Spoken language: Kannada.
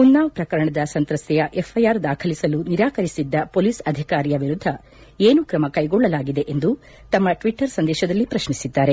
ಉನ್ನಾವ್ ಪ್ರಕರಣದ ಸಂತ್ರಸ್ತೆಯ ಎಫ್ಐಆರ್ ದಾಖಲಿಸಲು ನಿರಾಕರಿಸಿದ್ದ ಮೊಲೀಸ್ ಅಧಿಕಾರಿಯ ವಿರುದ್ಧ ಏನು ತ್ರಮ ಕೈಗೊಳ್ಳಲಾಗಿದೆ ಎಂದು ತಮ್ಮ ಟ್ವಟ್ಟರ್ ಸಂದೇಶದಲ್ಲಿ ಪ್ರಶ್ನಿಸಿದ್ದಾರೆ